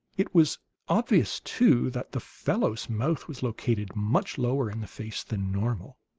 it was obvious, too, that the fellow's mouth was located much lower in the face than normal.